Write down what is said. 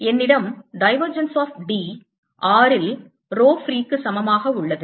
என்னிடம் divergence of D r இல் rho free க்கு சமமாக உள்ளது